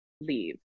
leave